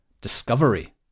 discovery